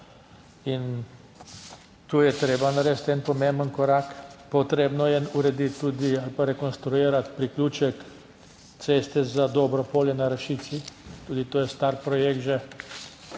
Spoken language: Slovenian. in tu je treba narediti en pomemben korak. Potrebno je urediti tudi ali pa rekonstruirati priključek ceste za Dobro polje na Rašici, tudi to je star projekt, že,